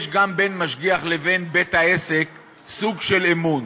יש גם בין משגיח לבין בית-העסק סוג של אמון,